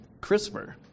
CRISPR